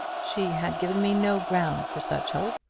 she had given me no ground for such hope.